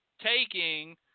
taking